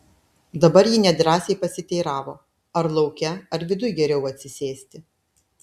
dabar ji nedrąsiai pasiteiravo ar lauke ar viduj geriau atsisėsti